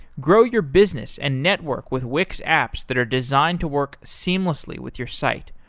grow your business and network with wix apps that are designed to work seamlessly with your site,